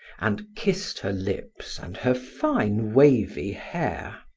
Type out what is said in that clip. and kissed her lips and her fine wavy hair.